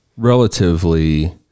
relatively